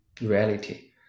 reality